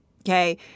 Okay